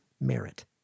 merit